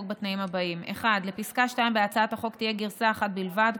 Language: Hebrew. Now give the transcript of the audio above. בתנאים הבאים: 1. לפסקה 2 בהצעת החוק תהיה גרסה אחת בלבד,